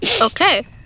Okay